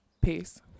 Peace